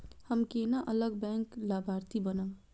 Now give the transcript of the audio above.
हम केना अलग बैंक लाभार्थी बनब?